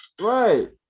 Right